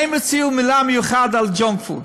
הם הציעו מילה מיוחדת לג'אנק פוד.